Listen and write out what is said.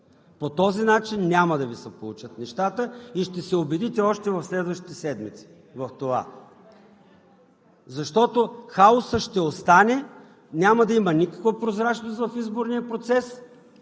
по този начин няма да Ви се получат нещата и ще се убедите в това още в следващите седмици. Защото хаосът ще остане, няма да има никаква прозрачност в изборния процес